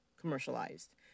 commercialized